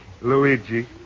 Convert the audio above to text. Luigi